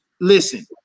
Listen